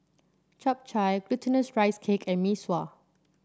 Chap Chai Glutinous Rice Cake and Mee Sua